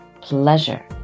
pleasure